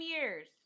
years